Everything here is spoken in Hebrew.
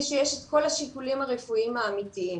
שיש כל השיקולים הרפואיים האמיתיים.